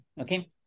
okay